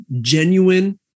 genuine